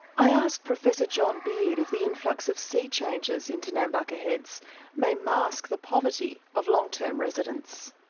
i asked professor john beard if the influx of sea changers into nambucca heads may mask the poverty of long term residents.